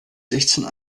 sechzehn